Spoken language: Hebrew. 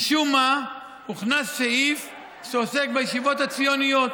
משום מה, הוכנס סעיף שעוסק בישיבות הציוניות.